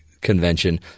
convention